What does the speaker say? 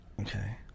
Okay